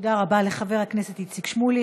תודה רבה לחבר הכנסת איציק שמולי.